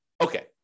Okay